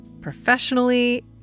professionally